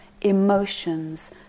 emotions